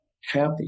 happy